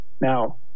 Now